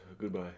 goodbye